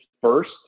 first